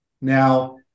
Now